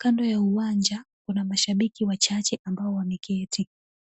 Kando ya uwanja kuna mashabiki wachache ambao wameketi.